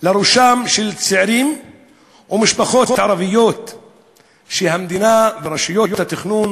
לראשם של צעירים ומשפחות ערביות שהמדינה ורשויות התכנון